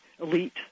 elite